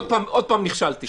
עוד פעם נכשלתי.